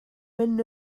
mynd